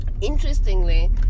interestingly